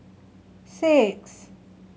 six